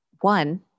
one